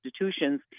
institutions